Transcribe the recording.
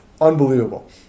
unbelievable